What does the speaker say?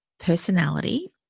personality